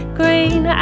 green